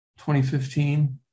2015